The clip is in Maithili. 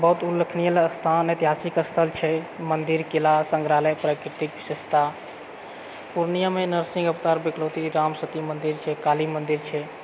बहुत उल्लेखनीय स्थान ऐतिहासिक स्थल छै मन्दिर किला सङ्ग्रहालय प्राकृतिक विशेषता पूर्णियामे नरसिंह अवतार बिकलौती राम सती मन्दिर छै काली मन्दिर छै